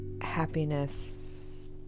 happiness